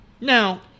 Now